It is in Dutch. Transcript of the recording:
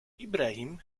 ibrahim